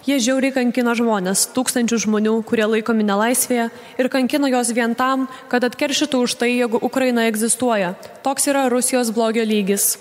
jie žiauriai kankina žmones tūkstančius žmonių kurie laikomi nelaisvėje ir kankina juos vien tam kad atkeršytų už tai jeigu ukraina egzistuoja toks yra rusijos blogio lygis